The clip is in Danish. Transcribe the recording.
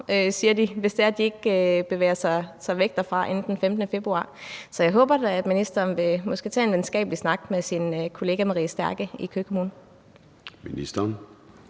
kommer, hvis ikke man flytter derfra inden den 15. februar. Så jeg håber da, at ministeren måske vil tage en venskabelig snak med sin kollega Maria Stærke i Køge Kommune.